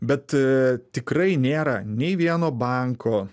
bet tikrai nėra nei vieno banko